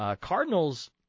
Cardinals